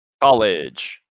college